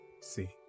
See